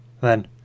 Then